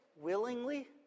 willingly